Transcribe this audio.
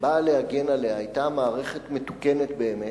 ובא להגן עליה היתה מערכת מתוקנת באמת,